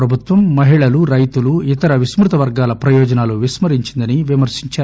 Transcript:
ప్రభుత్వం మహిళలు రైతులు ఇతర విస్కృత వర్గాల ప్రయోజనాలను విస్మ రించి విమర్పించారు